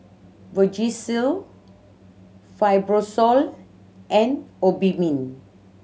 Vagisil Fibrosol and Obimin